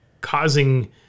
causing